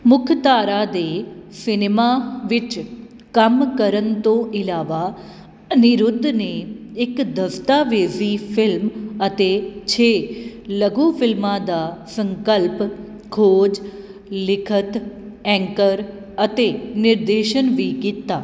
ਮੁੱਖ ਧਾਰਾ ਦੇ ਸਿਨੇਮਾ ਵਿੱਚ ਕੰਮ ਕਰਨ ਤੋਂ ਇਲਾਵਾ ਅਨਿਰੁੱਧ ਨੇ ਇੱਕ ਦਸਤਾਵੇਜ਼ੀ ਫਿਲਮ ਅਤੇ ਛੇ ਲਘੂ ਫਿਲਮਾਂ ਦਾ ਸੰਕਲਪ ਖੋਜ ਲਿਖਤ ਐਂਕਰ ਅਤੇ ਨਿਰਦੇਸ਼ਨ ਵੀ ਕੀਤਾ